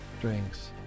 Drinks